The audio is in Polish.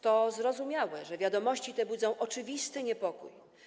To zrozumiałe, że wiadomości te budzą oczywisty niepokój.